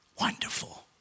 Wonderful